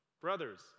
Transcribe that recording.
brothers